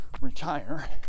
retire